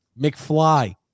McFly